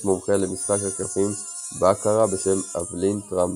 מומחה למשחק הקלפים באקארה בשם אוולין טרמבל.